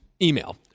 Email